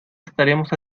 estaremos